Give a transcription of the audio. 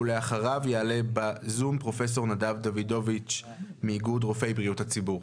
ואחריו יעלה בזום פרופ' נדב דוידוביץ מאיגוד רופאי בריאות הציבור.